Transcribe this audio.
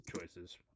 choices